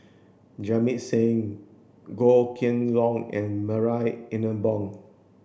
Jamit Singh Goh Kheng Long and Marie Ethel Bong